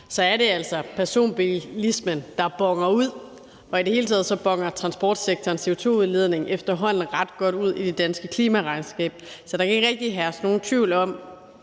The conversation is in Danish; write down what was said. er det altså privatbilismen, der boner ud, og i det hele taget boner transportsektorens CO2-udledning efterhånden ret godt ud i det danske klimaregnskab. Så der kan ikke rigtig herske nogen tvivl om,